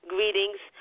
Greetings